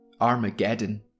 Armageddon